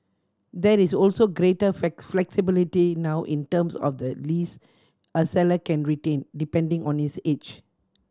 there is also greater flexibility now in terms of the lease a seller can retain depending on his age